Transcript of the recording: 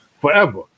forever